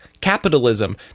Capitalism